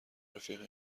رفیق